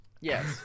Yes